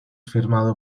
firmado